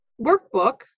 workbook